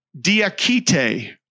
Diakite